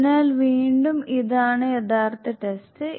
അതിനാൽ വീണ്ടും ഇതാണ് യഥാർത്ഥ ടെസ്റ്റ്